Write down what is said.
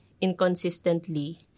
inconsistently